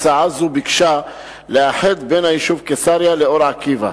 הצעה זו ביקשה לאחד בין היישוב קיסריה לאור-עקיבא.